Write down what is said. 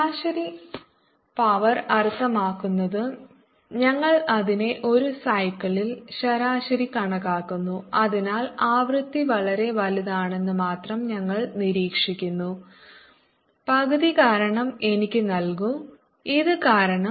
ശരാശരി പവർ അർത്ഥമാക്കുന്നത് ഞങ്ങൾ അതിനെ ഒരു സൈക്കിളിൽ ശരാശരി കണക്കാക്കുന്നു അതിനാൽ ആവൃത്തി വളരെ വലുതാണെന്ന് മാത്രം ഞങ്ങൾ നിരീക്ഷിക്കുന്നു പകുതി കാരണം എനിക്ക് നൽകൂ ഇത് കാരണം